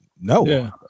no